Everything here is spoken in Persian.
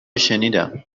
شنیدم